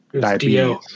diabetes